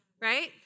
right